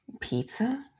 pizza